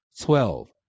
Twelve